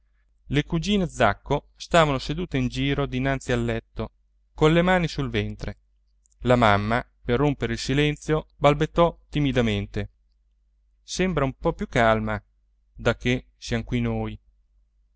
le cugine zacco stavano sedute in giro dinanzi al letto colle mani sul ventre la mamma per rompere il silenzio balbettò timidamente sembra un po più calma da che siam qui noi